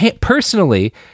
personally